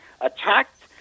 attacked